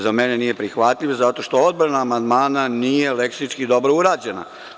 Za mene nije prihvatljiv, zato što odbrana amandmana nije leksički dobro urađena.